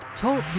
Talk